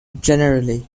generally